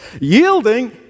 Yielding